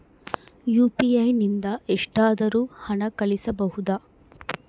UPI ನಿಂದ ಎಷ್ಟಾದರೂ ಹಣ ಕಳಿಸಬಹುದಾ?